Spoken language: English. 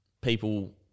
people –